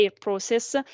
process